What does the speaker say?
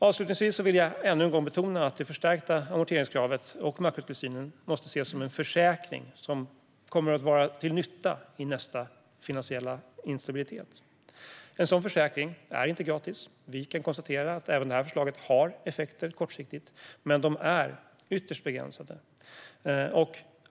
Avslutningsvis vill jag ännu en gång betona att det förstärkta amorteringskravet och makrotillsynen måste ses som en försäkring som kommer att vara till nytta vid nästa finansiella instabilitet. En sådan försäkring är inte gratis. Vi kan konstatera att även detta förslag har effekter kortsiktigt, men dessa är ytterst begränsade.